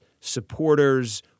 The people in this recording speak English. supporters